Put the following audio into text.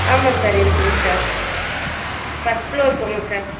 ஆமாம் சார் இருக்குது sir first floor போங்க சார்